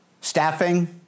staffing